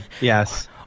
yes